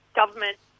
government